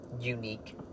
unique